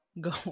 go